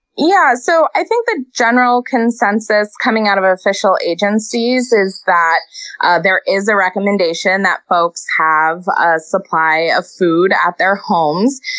yeah so i think the general consensus coming out of official agencies is that ah there is a recommendation that folks have a supply of food at their homes.